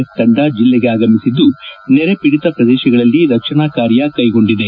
F ತಂಡ ಜಿಲ್ಲೆಗೆ ಆಗಮಿಸಿದ್ದು ನೆರೆ ಪೀಡಿತ ಪ್ರದೇಶಗಳಲ್ಲಿ ರಕ್ಷಣಾ ಕಾರ್ಯ ಕೈಗೊಂಡಿದೆ